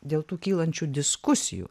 dėl tų kylančių diskusijų